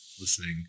listening